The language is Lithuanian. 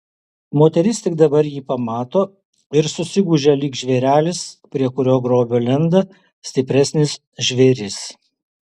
moteris tik dabar jį pamato ir susigūžia lyg žvėrelis prie kurio grobio lenda stipresnis žvėris